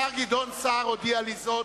השר גדעון סער הודיע לי זאת.